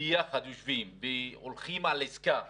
ביחד הולכים על עסקה